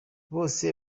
bose